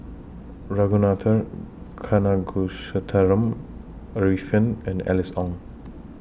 Ragunathar Kanagasuntheram Arifin and Alice Ong